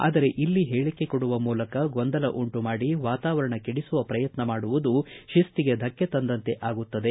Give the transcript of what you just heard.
ಆದರೆ ಇಲ್ಲಿ ಹೇಳಕೆ ಕೊಡುವ ಮೂಲಕ ಗೊಂದಲ ಉಂಟುಮಾಡಿ ವಾತಾವರಣ ಕೆಡಿಸುವ ಪ್ರಯತ್ನ ಮಾಡುವುದು ಶಿಸ್ತಿಗೆ ಧಕ್ಕೆ ತಂದಂತೆ ಆಗುತ್ತದೆ